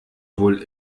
wohl